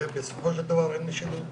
ובסופו של דבר הם אין משילות.